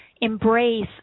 embrace